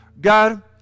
God